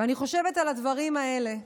ואני חושבת על הדברים האלה,